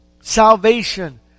Salvation